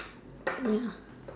ya